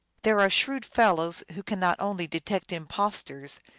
there are shrewd fellows who cannot only detect impostors,